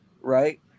right